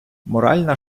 моральна